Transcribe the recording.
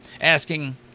asking